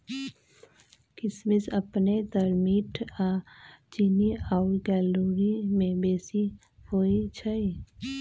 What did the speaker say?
किशमिश अपने तऽ मीठ आऽ चीन्नी आउर कैलोरी में बेशी होइ छइ